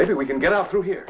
maybe we can get out through here